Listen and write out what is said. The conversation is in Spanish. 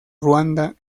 ruanda